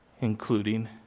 including